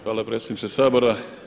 Hvala predsjedniče Sabora.